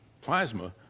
plasma